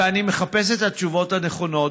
ואני מחפשת את התשובות הנכונות,